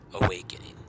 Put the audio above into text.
awakening